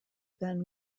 then